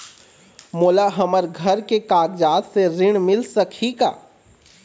मोला हमर घर के कागजात से ऋण मिल सकही का?